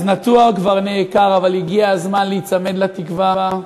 אז נטוע כבר נעקר, אבל הגיע הזמן להיצמד לתקווה.